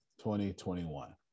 2021